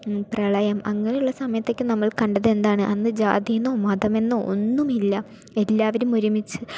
പ്രളയം അങ്ങനെയുള്ള സമയത്തൊക്കെ നമ്മൾ കണ്ടത് എന്താണ് അന്ന് ജാതിയെന്നോ മതമെന്നോ ഒന്നുമില്ല എല്ലാവരും ഒരുമിച്ച്